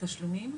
בתשלומים?